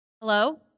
Hello